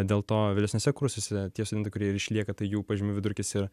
dėl to vėlesniuose kursuose tie studentai kurie ir išlieka tai jų pažymių vidurkis ir